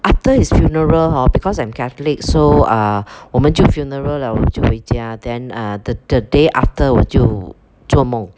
after his funeral hor because I'm catholic so err 我们就 funeral liao 我就回家 then uh the the day after 我就做梦